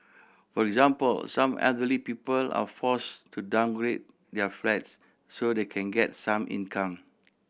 for example some elderly people are forced to downgrade their flats so that they can get some income